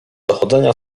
dochodzenia